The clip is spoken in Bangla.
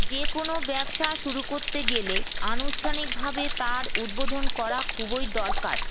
যেকোনও ব্যবসা শুরু করতে গেলে আনুষ্ঠানিকভাবে তার উদ্বোধন করা খুবই দরকার